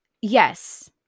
yes